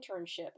internship